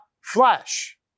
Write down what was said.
flesh